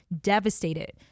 devastated